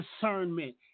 discernment